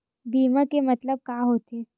बीमा के मतलब का होथे?